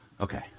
Okay